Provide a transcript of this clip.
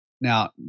Now